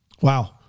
wow